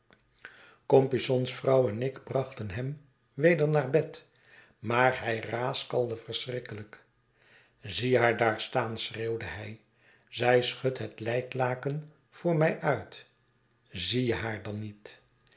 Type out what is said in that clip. compeyson's vrouw en ik brachten hem weder naar bed maar hij raaskalde verschrikkelijk zie haar daar staan schreeuwde hij zij schudt het lijklaken voor mij uit zie je haar dan niet